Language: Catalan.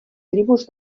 tribus